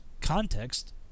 context